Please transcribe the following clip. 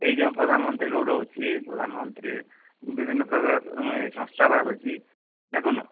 ଏଇ ଯେଉଁ ପ୍ରଧାନମନ୍ତ୍ରୀ ରୋଡ଼ ହେଉଛି ପ୍ରଧାନମନ୍ତ୍ରୀ ବିଭିନ୍ନ ପ୍ରକାର ସଂସ୍ଥା ବାହାରୁଛି ଦେଖୁନ